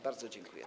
Bardzo dziękuję.